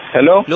Hello